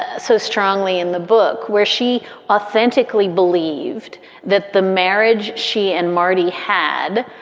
ah so strongly in the book where she authentically believed that the marriage she and marty had,